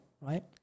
right